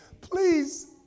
please